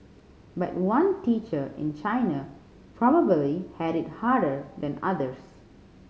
but one teacher in China probably had it harder than others